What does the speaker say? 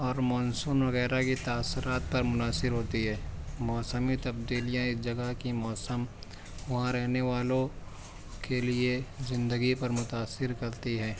اور مانسون وغیرہ کی تاثرات پر منحصر ہوتی ہے موسمی تبدیلیاں ایک جگہ کی موسم وہاں رہنے والوں کے لیے زندگی پر متاثر کرتی ہے